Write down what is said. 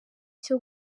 cyo